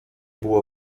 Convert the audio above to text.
było